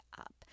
up